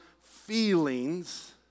feelings